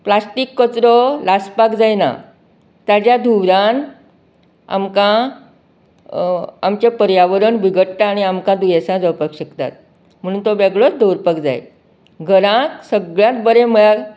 plastic कचरो लासपाक जायना ताज्या धुवरान आमकां आमचें पर्यावरण बिगडटा आनी आमकां दुयेंसां जावपाक शकतात म्हणून तो वेगळोच दवरपाक जाय घराक सगळ्याक बरें म्हळ्यार